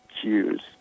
cues